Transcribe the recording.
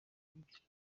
bibyara